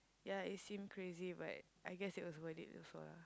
ya it seemed crazy but I guess it was worth it also ah